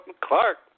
Clark